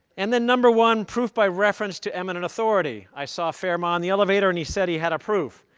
and then number one proof by reference to eminent authority. i saw fermat on the elevator and he said he had a proof.